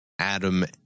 Adam